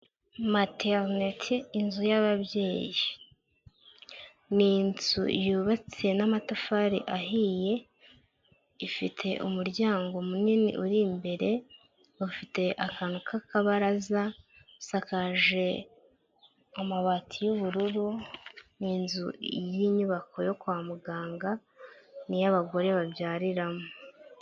materinete inzu y'ababyeyi ni inzu yubatse n'amatafari ahiye ifite umuryango munini uri imbere ufite akantu k'akabaraza isakaje amabati y'ubururu ni inzu y'inyubako yo kwa muganga ni yo abagore babyariramo